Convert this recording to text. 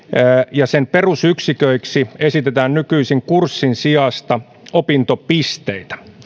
ja suorittamisen perusyksiköiksi esitetään nykyisen kurssin sijasta opintopisteitä